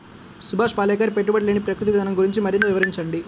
సుభాష్ పాలేకర్ పెట్టుబడి లేని ప్రకృతి విధానం గురించి మరింత వివరించండి